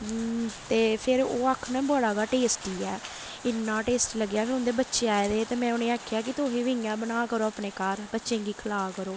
ते फिर ओह् आखन बड़ा गै टेस्टी ऐ इन्ना टेस्टी लग्गेआ कि उं'दे बच्चे आए दे हे ते में उ'नेंगी आखेआ कि तुसें बी इ'यां बनाऽ करो अपने घर बच्चें गी खलाऽ करो